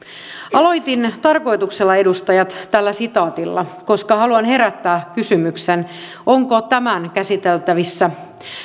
aloitin tarkoituksella edustajat tällä sitaatilla koska haluan herättää kysymyksen onko tämän käsiteltävissä